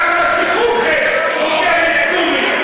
כמה שכולכם חותמת גומי.